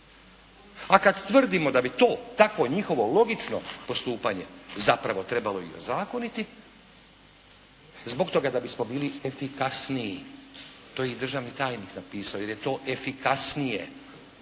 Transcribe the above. A kada tvrdimo da bi to takvo njihovo logično postupanje zapravo trebalo i ozakoniti, zbog toga da bismo bili efikasniji to je i državni tajnik napisao jer je to efikasnije,